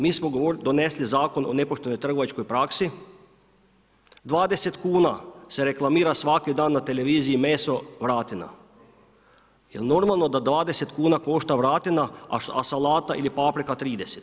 Mi smo donesli Zakon o nepoštenoj trgovačkoj praksi, 20 kuna se reklamira svaki dan na televiziji meso vratina, jel normalno da 20 kuna košta vratina, a salata ili paprika 30?